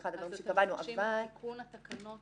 אבל כשדורשים את תיקון התקנות